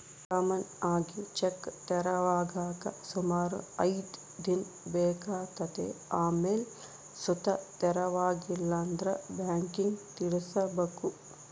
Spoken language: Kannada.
ಕಾಮನ್ ಆಗಿ ಚೆಕ್ ತೆರವಾಗಾಕ ಸುಮಾರು ಐದ್ ದಿನ ಬೇಕಾತತೆ ಆಮೇಲ್ ಸುತ ತೆರವಾಗಿಲ್ಲಂದ್ರ ಬ್ಯಾಂಕಿಗ್ ತಿಳಿಸ್ಬಕು